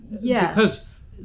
yes